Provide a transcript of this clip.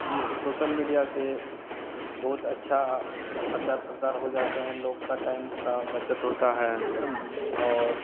यह social media से बहुत अच्छा प्रचार प्रसार हो जाते हैं लोग के टाइम की बचत होता है और